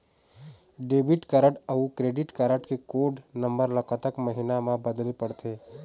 Debit card अऊ credit card के code number ला कतक महीना मा बदले पड़थे?